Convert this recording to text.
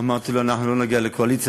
אמרתי לו: אנחנו לא נגיע לקואליציה,